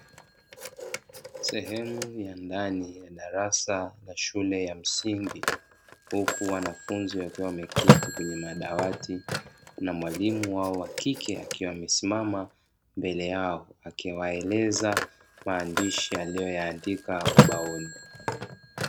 Sehemu ya ndani ya darasa la shule ya msingi, huku wanafunzi wakiwa wameketi kwenye madawati, na mwalimu wao wakike akiwa amesimama mbele yao akiwaeleza maandiashi aliyo yaandika ubaoni.